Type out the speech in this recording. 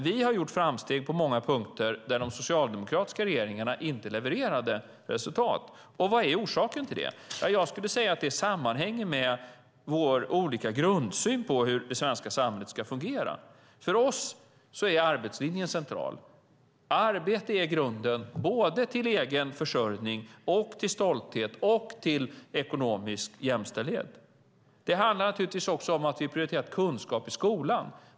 Vi har gjort framsteg på många punkter där de socialdemokratiska regeringarna inte levererade resultat. Vad är orsaken till det? Ja, jag skulle säga att det sammanhänger med vår grundsyn på hur det svenska samhället ska fungera. För oss är arbetslinjen central. Arbete är grunden både till egen försörjning och till stolthet och ekonomisk jämställdhet. Det handlar naturligtvis också om att vi har prioriterat kunskap i skolan.